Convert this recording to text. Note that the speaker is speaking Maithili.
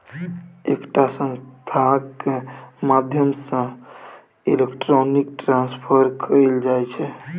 एकटा संस्थाक माध्यमसँ इलेक्ट्रॉनिक ट्रांसफर कएल जाइ छै